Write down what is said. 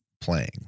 playing